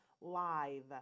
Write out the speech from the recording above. live